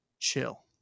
chill